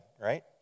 right